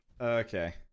Okay